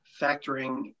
factoring